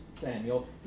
Samuel